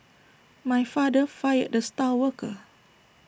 my father fired the star worker